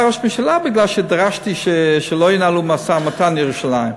לראש ממשלה מפני שדרשתי שלא ינהלו משא-ומתן על ירושלים.